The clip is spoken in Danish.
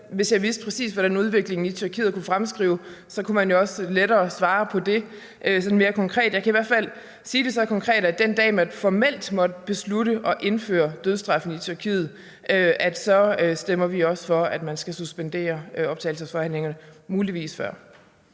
Hvis jeg vidste, præcis hvordan udviklingen ville være i Tyrkiet, altså kunne fremskrive den, så kunne man også lettere svare sådan mere konkret på det. Jeg kan i hvert fald sige det så konkret, at den dag, man formelt måtte beslutte at indføre dødsstraffen i Tyrkiet, stemmer vi også for at suspendere optagelsesforhandlingerne – muligvis før.